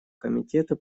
комитету